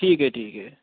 ٹھیک ہے ٹھیک ہے